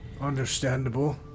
Understandable